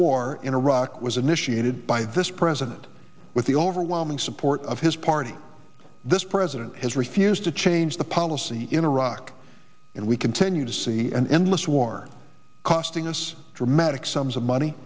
war in iraq was initiated by this president with the overwhelming support of his party this president has refused to change the policy in iraq and we continue to see an endless war costing us dramatic sums of money